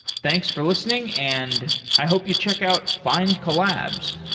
thanks for listening, and i hope you check out findcollabs